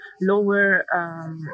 lower